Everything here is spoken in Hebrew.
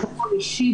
ביטחון אישי,